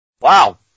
Wow